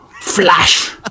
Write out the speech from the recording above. flash